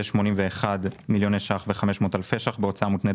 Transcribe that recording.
ו-81 מיליוני שקלים ו-500 אלפי שקלים בהוצאה מותנית